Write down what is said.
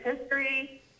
history